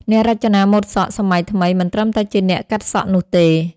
អ្នករចនាម៉ូដសក់សម័យថ្មីមិនត្រឹមតែជាអ្នកកាត់សក់នោះទេ។